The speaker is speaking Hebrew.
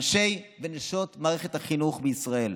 אנשי ונשות מערכת החינוך בישראל,